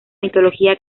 mitología